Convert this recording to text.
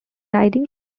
riding